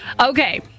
okay